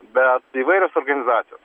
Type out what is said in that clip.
bet įvairios organizacijos